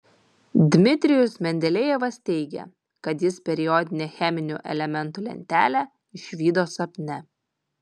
dmitrijus mendelejevas teigė kad jis periodinę cheminių elementų lentelę išvydo sapne